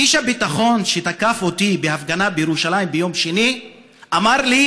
איש הביטחון שתקף אותי בהפגנה בירושלים ביום שני אמר לי: